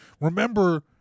Remember